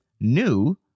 new